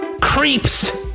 Creeps